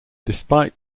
despite